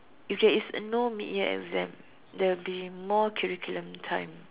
if there is no mid year exam there'll be more curriculum time